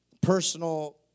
personal